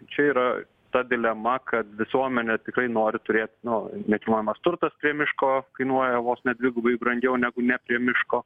čia yra ta dilema kad visuomenė tikrai nori turėt nu nekilnojamas turtas prie miško kainuoja vos ne dvigubai brangiau negu ne prie miško